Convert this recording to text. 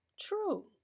true